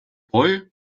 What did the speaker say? boy